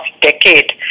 decade